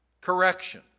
correction